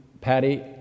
Patty